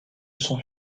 son